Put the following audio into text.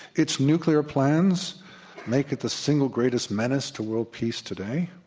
its nuclear plans make it the single greatest menace to world peace today.